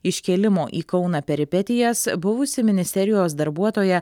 iškėlimo į kauną peripetijas buvusi ministerijos darbuotoja